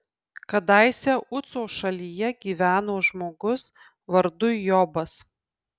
kadaise uco šalyje gyveno žmogus vardu jobas